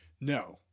No